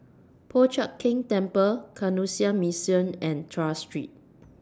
Po Chiak Keng Temple Canossian Mission and Tras Street